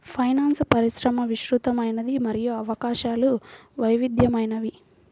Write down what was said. finance పరిశ్రమ విస్తృతమైనది మరియు అవకాశాలు వైవిధ్యమైనవి